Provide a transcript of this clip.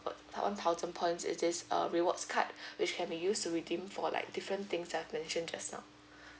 one thousand points with this um rewards card which can be used to redeem for like different things I've mentioned just now